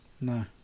No